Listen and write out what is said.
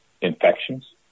infections